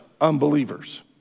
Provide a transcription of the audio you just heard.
unbelievers